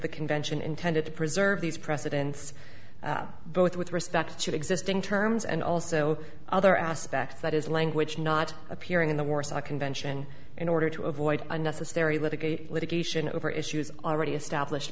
the convention intended to preserve these precedents both with respect to existing terms and also other aspects that is language not appearing in the warsaw convention in order to avoid unnecessary litigate litigation over issues already established